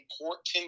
important